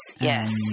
yes